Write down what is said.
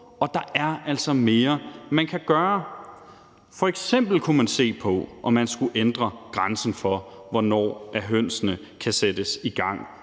og der er altså mere, man kan gøre. Man kunne f.eks. se på, om man skulle ændre grænsen for, hvornår hønsene kan sættes i gang